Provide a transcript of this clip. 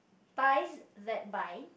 ties that bind